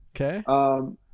Okay